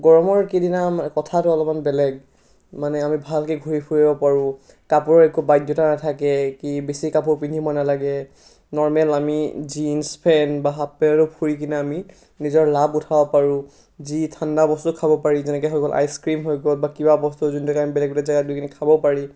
গৰমৰ কেইদিনা কথাটো অলপমান বেলেগ মানে আমি ভালকৈ ঘূৰি ফুৰিব পাৰোঁ কাপোৰ একো বাধ্যতা নাথাকে কি বেছি কাপোৰ পিন্ধিব নালাগে নৰ্মেল আমি জিনছ পেণ্ট বা হাফ পেণ্টত ফুৰি কিনে আমি নিজৰ লাভ উঠাব পাৰোঁ যি ঠাণ্ডা বস্তু খাব পাৰি যেনেকৈ হৈ গ'ল আইচ ক্ৰীম হৈ গ'ল বা কিবা বস্তু যোনটো আমি বেলেগ বেলেগ জাগাত গৈ কিনে খাব পাৰি